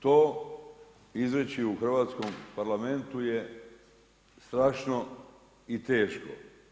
To izreći u Hrvatskom parlamentu je strašno i teško.